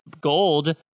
Gold